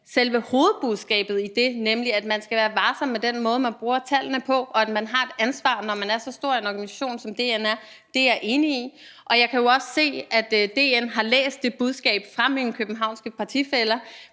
selve hovedbudskabet i det, nemlig at man skal være varsom med den måde, man bruger tallene på, og at man har et ansvar, når man er så stor en organisation, som Danmarks Naturfredningsforening er, er jeg enig i. Og jeg kan jo også se, at Danmarks Naturfredningsforening har læst det budskab fra mine københavnske partifæller,